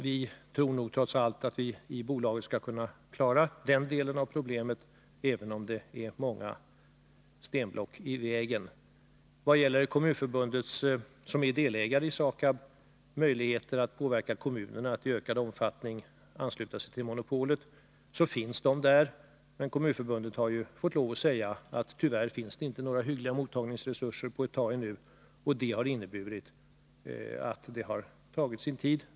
Vi tror nog trots allt att vi i bolaget skall kunna klara den delen av problemet, även om det är många stenblock i vägen. Vad gäller möjligheterna för Kommunförbundet, som är delägare i SAKAB, att påverka kommunerna att i ökad omfattning ansluta sig till monopolet, så finns det sådana. Men Kommunförbundet har ju fått lov att säga att det tyvärr inte finns några hyggliga mottagningsresurser ännu på ett tag. Det har inneburit att det har tagit sin tid.